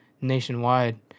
nationwide